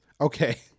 Okay